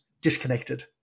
disconnected